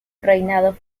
reinado